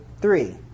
Three